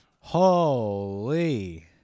Holy